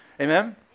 amen